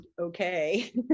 okay